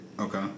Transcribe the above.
Okay